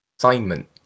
assignment